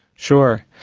sure.